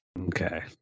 Okay